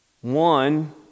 One